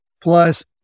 plus